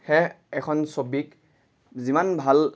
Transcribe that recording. হে এখন ছবিক যিমান ভাল